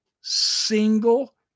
single